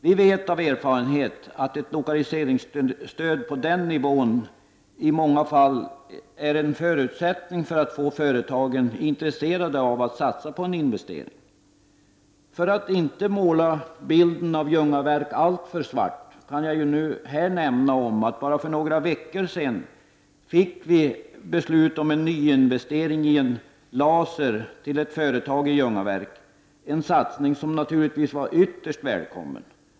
Vi vet av erfarenhet att ett lokaliseringsstöd på den nivån i många fall är en förutsättning för att få företagen intresserade av att satsa på investeringar. För att inte måla bilden av Ljungaverk alltför svart kan jag här nämna att vi för bara några veckor sedan fick beslut om en nyinvestering av en laser till ett företag i Ljungaverk. Den satsningen var naturligtvis ytterst välkommen.